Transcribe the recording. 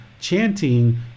chanting